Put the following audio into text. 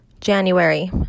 January